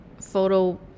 photo